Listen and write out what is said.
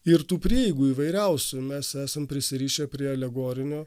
ir tų prieigų įvairiausių mes esam prisirišę prie alegorinio